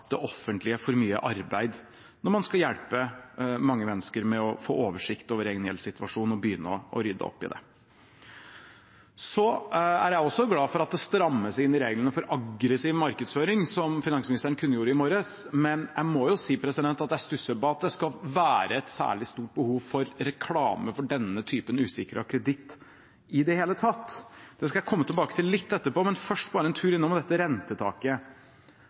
offentlige for mye arbeid når man skal hjelpe mange mennesker med å få oversikt over egen gjeldssituasjon og begynne å rydde opp i det. Jeg er også glad for at det strammes inn i reglene for aggressiv markedsføring, som finansministeren kunngjorde i morges, men jeg må si jeg stusser over at det skal være et særlig stort behov for reklame for denne typen usikret kreditt i det hele tatt. Dette skal jeg komme tilbake til litt etterpå, men først bare en tur innom dette rentetaket: